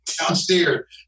downstairs